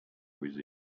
with